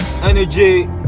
energy